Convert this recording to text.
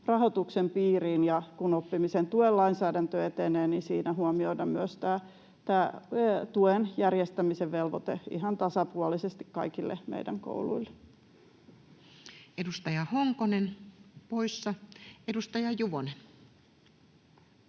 rahoituksen piiriin ja, kun oppimisen tuen lainsäädäntö etenee, siinä huomioida myös tämä tuen järjestämisen velvoite ihan tasapuolisesti kaikille meidän kouluille. [Speech 18] Speaker: Toinen